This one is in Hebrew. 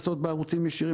בערוצים ישירים.